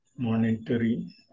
monetary